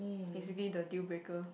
basically the deal breaker